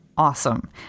Awesome